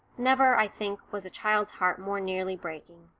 never, i think, was a child's heart more nearly breaking.